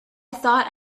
thought